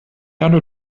other